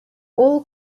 all